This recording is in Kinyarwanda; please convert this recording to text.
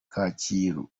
kacyiru